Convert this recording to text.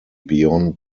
beyond